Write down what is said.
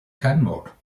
canmore